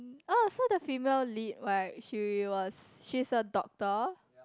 ah so the female lead right she was she is a doctor